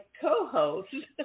co-host